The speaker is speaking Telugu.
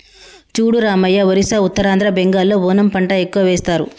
చూడు రామయ్య ఒరిస్సా ఉత్తరాంధ్ర బెంగాల్లో ఓనము పంట ఎక్కువ వేస్తారు